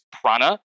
prana